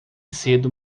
cedo